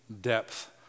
depth